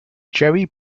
jerry